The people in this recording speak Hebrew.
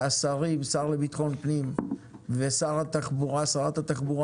והשרים, השר לביטחון פנים ושרת התחבורה,